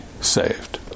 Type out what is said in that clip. saved